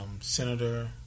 Senator